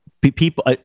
people